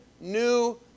new